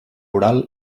oral